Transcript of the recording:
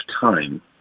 time